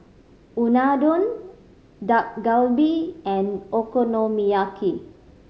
Unadon Dak Galbi and Okonomiyaki